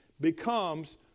becomes